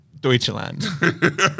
Deutschland